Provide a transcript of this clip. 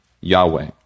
Yahweh